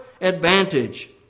advantage